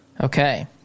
Okay